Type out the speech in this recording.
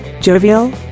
jovial